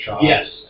Yes